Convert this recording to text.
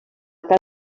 casa